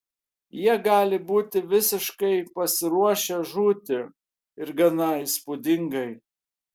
jie gali būti visiškai pasiruošę žūti ir gana įspūdingai